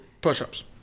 Push-ups